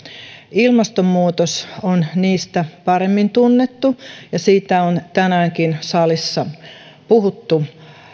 ilmastonmuutos on niistä paremmin tunnettu ja siitä on tänäänkin salissa puhuttu